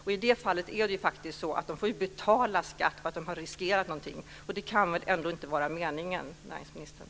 I det fallet är det faktiskt så att de får betala skatt för att de har riskerat någonting. Det kan väl ändå inte vara meningen, näringsministern?